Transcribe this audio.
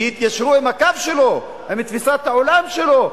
שיתיישרו עם הקו שלו, עם תפיסת העולם שלו.